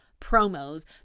promos